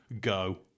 Go